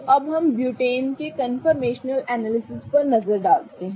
तो अब हम ब्यूटेन के कन्फर्मेशनल एनालिसिस पर नजर डालते हैं